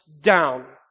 down